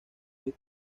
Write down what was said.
sus